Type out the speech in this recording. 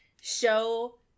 show